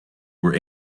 where